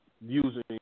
using